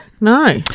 No